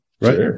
right